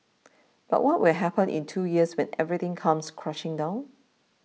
but what will happen in two years when everything comes crashing down